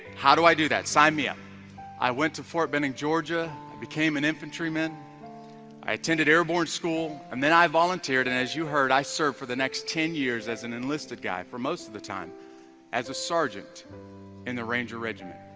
how do i do that sign me up i went to fort benning. georgia i became an infantryman i attended airborne school and then i volunteered and as you heard i served for the next ten years as an enlisted guy for most of the time as a sergeant in the ranger regiment